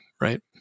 Right